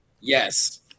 Yes